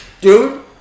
Dude